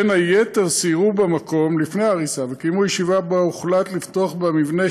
בין היתר סיירו במקום לפני ההריסה וקיימו ישיבה שבה הוחלט לפתוח במבנה